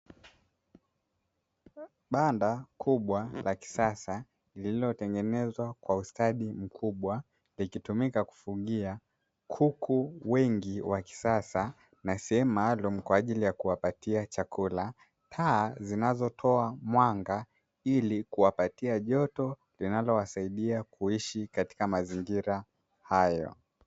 Banda kubwa la kisasa lililotengeneza kwa ustadi mkubwa likitumika kufugia kuku wengi wa kisasa na sehemu maalumu kwa ajili ya kuwapatia chakula, taa zinazotoa mwanga ili kuwapatia joto linalowasaidia kuishi katika mazingira hayo